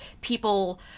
people